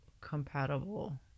compatible